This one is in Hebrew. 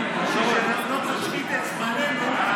שלא תשחית את זמננו,